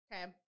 Okay